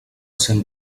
cent